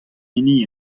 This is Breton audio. hini